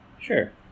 Sure